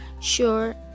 sure